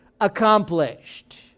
accomplished